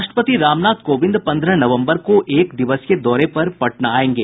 राष्ट्रपति रामनाथ कोविंद पन्द्रह नवम्बर को एकदिवसीय दौरे पर पटना आयेंगे